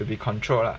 be controlled lah